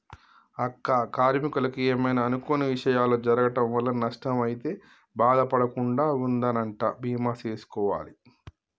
అక్క కార్మీకులకు ఏమైనా అనుకొని విషయాలు జరగటం వల్ల నష్టం అయితే బాధ పడకుండా ఉందనంటా బీమా సేసుకోవాలి